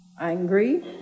angry